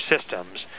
systems